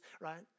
right